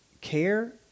care